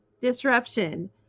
disruption